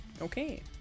Okay